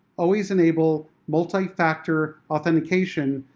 always enable multi-factor authentication.